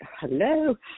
hello